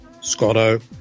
Scotto